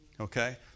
Okay